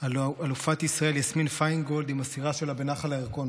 אלופת ישראל יסמין פיינגולד עם הסירה שלה בנחל הירקון.